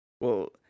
Well-